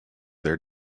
their